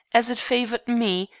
as it favored me,